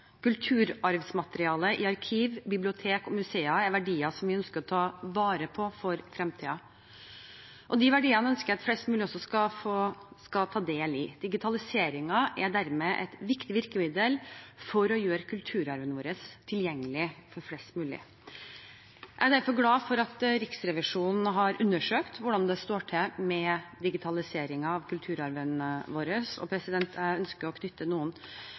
i arkiv, bibliotek og museer er verdier som vi ønsker å ta vare på for fremtiden. Disse verdiene ønsker jeg at flest mulig skal ta del i. Digitalisering er dermed et viktig virkemiddel for å gjøre kulturarven vår tilgjengelig for flest mulig. Jeg er derfor glad for at Riksrevisjonen har undersøkt hvordan det står til med digitaliseringen av kulturarven, og jeg ønsker å knytte noen